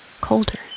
colder